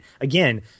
again